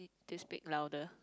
to speak louder